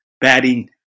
batting